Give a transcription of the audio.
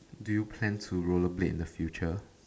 do you plan to rollerblade in the future